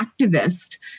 activist